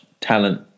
talent